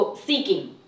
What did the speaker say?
seeking